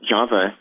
Java